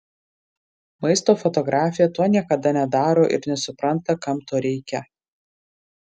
maisto fotografė to niekada nedaro ir nesupranta kam to reikia